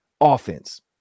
offense